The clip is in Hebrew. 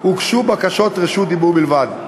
הוגשו בקשות רשות דיבור בלבד.